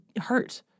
hurt